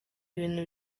ibintu